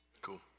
Cool